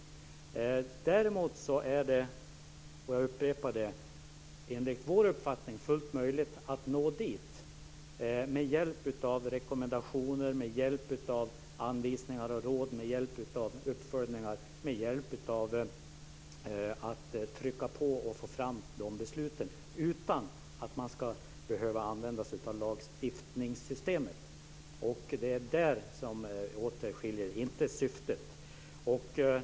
Däremot är det, upprepar jag, enligt vår uppfattning fullt möjligt att nå dit med hjälp av rekommendationer, med hjälp av anvisningar och råd, med hjälp av uppföljningar och med hjälp av att trycka på för att få fram de besluten; detta utan att behöva använda sig av lagstiftningssystemet. Det är där som det skiljer; det gäller alltså inte syftet.